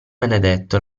benedetto